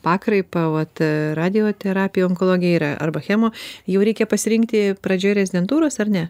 pakraipa vat radijo terapija onkologija yra arba chemo jau reikia pasirinkti pradžioje rezidentūros ar ne